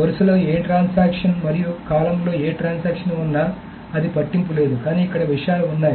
వరుసలో ఏ ట్రాన్సాక్షన్ మరియు కాలమ్లో ఏ ట్రాన్సాక్షన్ ఉన్నా అది పట్టింపు లేదు కానీ ఇక్కడ విషయాలు ఉన్నాయి